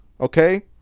okay